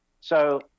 so-